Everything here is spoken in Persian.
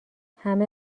همه